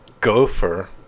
gopher